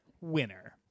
winner